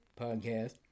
podcast